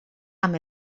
amb